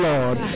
Lord